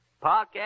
Park